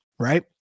Right